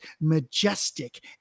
majestic